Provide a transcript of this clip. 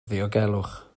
ddiogelwch